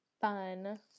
Fun